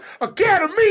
Academy